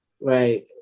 right